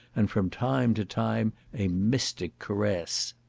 and from time to time a mystic caress.